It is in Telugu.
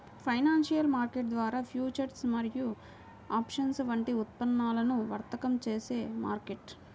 ఫైనాన్షియల్ మార్కెట్ ద్వారా ఫ్యూచర్స్ మరియు ఆప్షన్స్ వంటి ఉత్పన్నాలను వర్తకం చేసే మార్కెట్